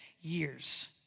years